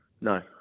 No